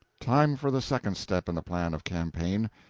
time for the second step in the plan of campaign!